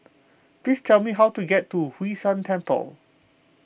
please tell me how to get to Hwee San Temple